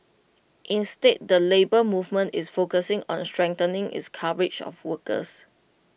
instead the Labour Movement is focusing on strengthening its coverage of workers